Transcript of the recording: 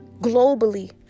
globally